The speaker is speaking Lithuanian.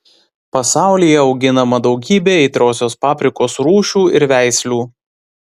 pasaulyje auginama daugybė aitriosios paprikos rūšių ir veislių